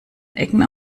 ecken